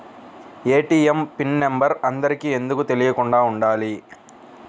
ATM pin number అందరికి ఎందుకు తెలియకుండా ఉండాలి?